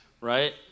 right